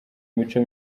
imico